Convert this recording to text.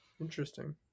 Interesting